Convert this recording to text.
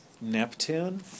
Neptune